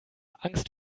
angst